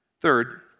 Third